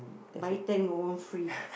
buy ten got one free